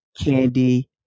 candy